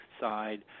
side